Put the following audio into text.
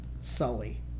Sully